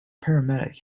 paramedic